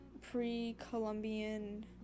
pre-Columbian